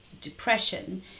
depression